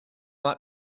ought